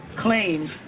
claims